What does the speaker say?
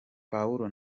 pawulo